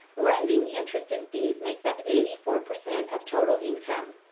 lending interest and fees makes up eighty four percent of total income.